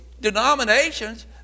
denominations